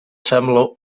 sembla